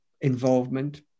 involvement